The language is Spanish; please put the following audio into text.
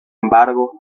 embargo